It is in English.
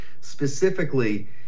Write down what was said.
specifically